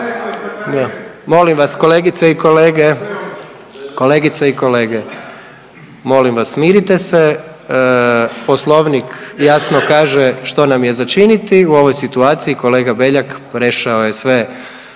kolege. Kolegice i kolege. Molim vas, smirite se. Poslovnik jasno kaže što nam je za činiti u ovoj situaciji, kolega Beljak prešao je sve